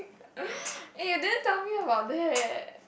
eh then down here or there